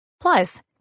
Plus